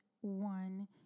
one